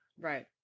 Right